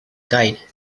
guide